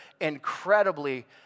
incredibly